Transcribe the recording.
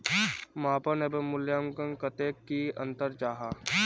मापन एवं मूल्यांकन कतेक की अंतर जाहा?